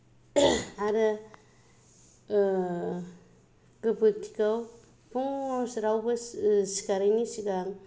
आरो ओ गोबोरखिखौ फुङाव रावबो सिखारैनि सिगां